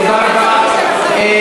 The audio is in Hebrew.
תודה רבה.